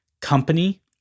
company